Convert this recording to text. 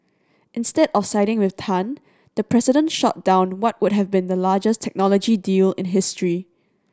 instead of siding with Tan the president shot down what would have been the largest technology deal in history